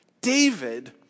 David